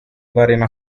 variano